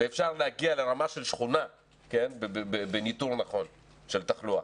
ואפשר להגיע לרמה של שכונה בניטור נכון של תחלואה.